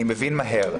אני מבין מהר.